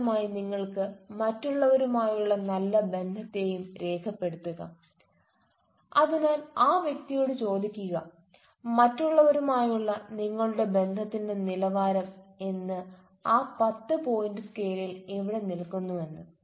സമാനമായി നിങ്ങൾക്ക് മറ്റുള്ളവരുമായുള്ള നല്ല ബന്ധത്തെയും രേഖ പെടുത്തുക അതിനാൽ ആ വ്യക്തിയോട് ചോദിക്കുക മറ്റുള്ളവരുമായുള്ള നിങ്ങളുടെ ബന്ധത്തിന്റെ നിലവാരം എന്ന് ആ പത്ത് പോയിന്റ് സ്കെയിലിൽ എവിടെ നിൽക്കുന്നുവെന്ന്